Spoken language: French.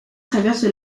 traverse